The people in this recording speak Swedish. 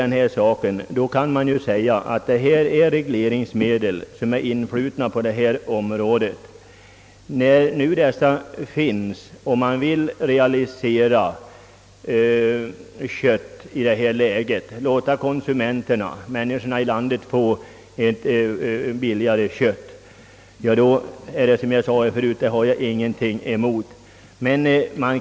När nu dessa regleringsmedel finns och man vill realisera kött i det här läget så kan man väl låta konsumenterna få ett billigare kött; det har jag ingenting emot.